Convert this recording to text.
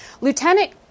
Lieutenant